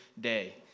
day